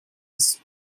ist